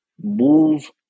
move